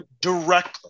directly